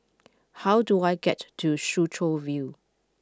how do I get to Soo Chow View